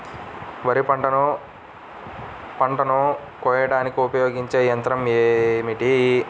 వరిపంటను పంటను కోయడానికి ఉపయోగించే ఏ యంత్రం ఏమిటి?